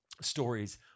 stories